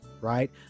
right